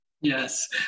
yes